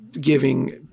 giving